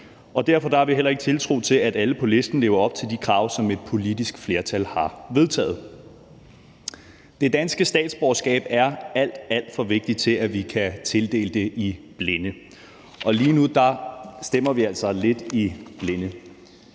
derfor har vi heller ikke tiltro til, at alle på listen lever op til de krav, som et politisk flertal har vedtaget. Det danske statsborgerskab er alt, alt for vigtigt til, at vi kan tildele det i blinde, og lige nu stemmer vi altså lidt i blinde.